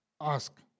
ask